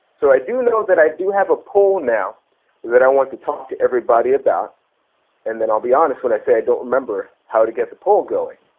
so i do know that i do have a poll now that i want to talk to everybody about and then i'll be honest when i say don't remember how to get the poll going.